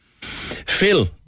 Phil